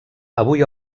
avui